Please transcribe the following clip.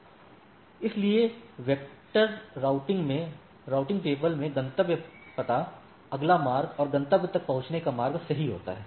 इसलिए vector vector routing में routing table में गंतव्य पता अगला मार्ग और गंतव्य तक पहुंचने का मार्ग सही होता है